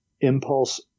impulse